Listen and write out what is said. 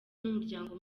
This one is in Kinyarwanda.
n’umuryango